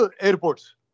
airports